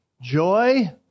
joy